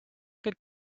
good